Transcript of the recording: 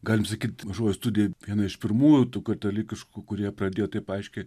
galim sakyt mažoji studija viena iš pirmųjų tų katalikiškų kurie pradėjo taip aiškiai